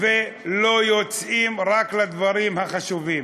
ולא יוצאים, אלא רק לדברים החשובים.